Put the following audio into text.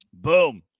Boom